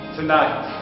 tonight